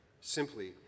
simply